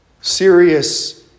Serious